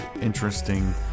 interesting